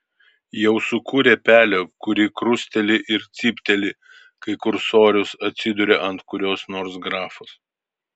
jau sukūrė pelę kuri krusteli ir cypteli kai kursorius atsiduria ant kurios nors grafos